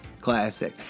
classic